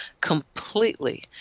completely